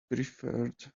preferred